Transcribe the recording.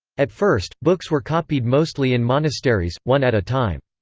at first, books were copied mostly in monasteries, one at a time.